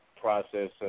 process